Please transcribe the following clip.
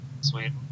Sweden